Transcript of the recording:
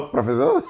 Professor